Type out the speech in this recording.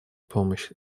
помощь